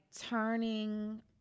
turning